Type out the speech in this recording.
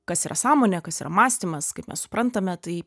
kas yra sąmonė kas yra mąstymas kaip mes suprantame tai